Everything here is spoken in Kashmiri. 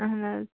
اَہَن حظ